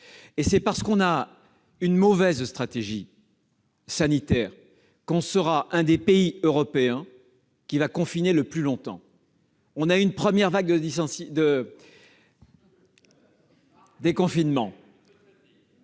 et c'est parce que l'on a une mauvaise stratégie sanitaire que l'on sera l'un des pays européens qui restera confiné le plus longtemps. La première vague de déconfinement